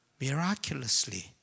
miraculously